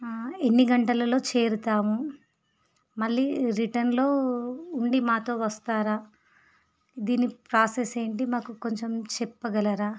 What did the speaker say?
ఎన్ని గంటలలో చేరుతాము మళ్ళీ రిటర్న్లో ఉండి మాతో వస్తారా దీనికి ప్రాసెస్ ఏంటి మాకు కొంచెం చెప్పగలరా